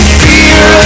fear